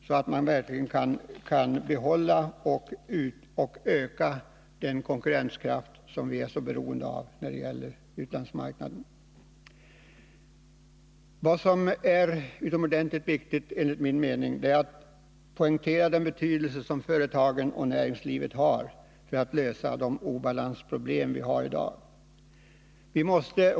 Det gäller särskilt att behålla och utöka vår konkurrenskraft på utlandsmarknaden, som vi är så beroende av. Utomordentligt viktigt är det enligt min mening att poängtera den stora betydelse som företagen och näringslivet har när det gäller att lösa de obalansproblem som vi har i dag.